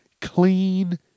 clean